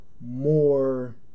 more